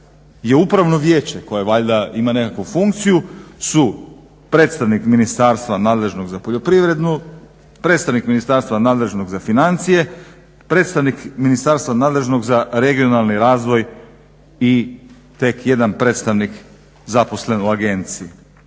upravno vijeće koje valjda ima nekakvu funkciju, su predstavnik ministarstva nadležnog poljoprivredu, predstavnik ministarstva nadležnog za financije, predstavnik ministarstva nadležnog za regionalni razvoj i tek jedan predstavnik zaposlen u agenciji.